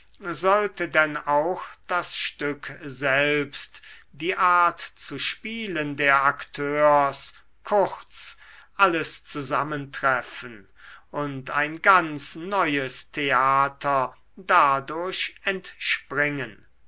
sollte denn auch das stück selbst die art zu spielen der akteurs kurz alles zusammentreffen und ein ganz neues theater dadurch entspringen